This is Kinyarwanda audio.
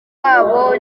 wabo